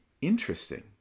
interesting